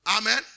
Amen